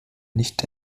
nicht